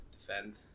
defend